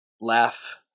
laugh